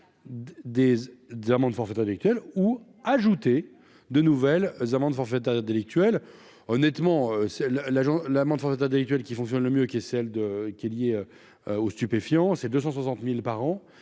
des amendes forfaitaires délictuelles ou ajouter de nouvelles amendes forfaitaires délictuelles honnêtement c'est la la l'amende forfaitaire délictuelle qui fonctionne le mieux, qui est celle de, qui est lié aux stupéfiants, c'est 260000 par an,